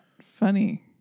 funny